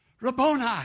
Rabboni